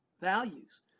values